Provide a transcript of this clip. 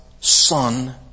son